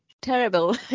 Terrible